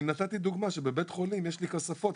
הבאתי דוגמה שבבית חולים יש לי כספות,